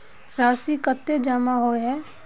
राशि कतेक जमा होय है?